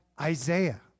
Isaiah